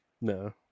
no